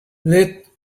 lit